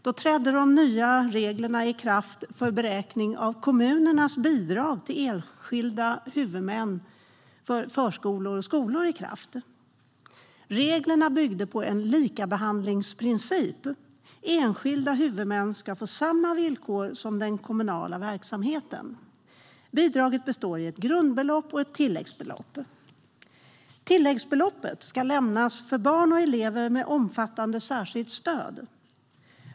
Då trädde nya regler för beräkning av kommunernas bidrag till enskilda huvudmän för förskolor och skolor i kraft. Reglerna bygger på en likabehandlingsprincip. Enskilda huvudmän ska få bidrag på samma villkor som den kommunala verksamheten. Bidraget består av ett grundbelopp och ett tilläggsbelopp. Tilläggsbeloppet ska lämnas för barn och elever med behov av ett omfattande särskilt stöd.